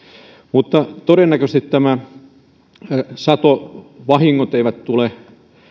mutta todennäköisesti nämä satovahingot eivät tule